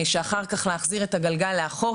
ואחר כך ייקח להן זמן להחזיר את הגלגל לאחור.